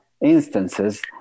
instances